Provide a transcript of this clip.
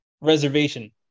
reservation